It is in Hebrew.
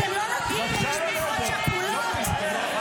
אתם לא נותנים למשפחות שכולות --- בבקשה לרדת.